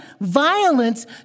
violence